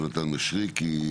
יונתן משריקי,